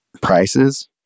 prices